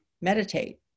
meditate